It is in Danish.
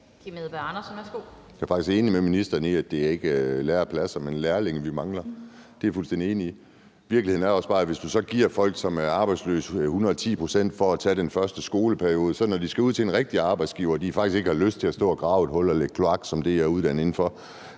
Andersen (NB): Jeg er faktisk enig med ministeren i, at det ikke er lærepladser, men lærlinge, vi mangler; det er jeg fuldstændig enig i. Virkeligheden er også bare, at hvis man så giver folk, som er arbejdsløse, 110 pct. for at tage den første skoleperiode, sker der det, når de skal ud til en rigtig arbejdsgiver og de faktisk ikke har lyst til at stå og grave et hul og lægge kloakrør, som er det, jeg er